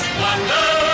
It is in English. wonder